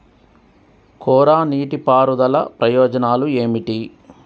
కోరా నీటి పారుదల ప్రయోజనాలు ఏమిటి?